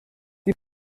die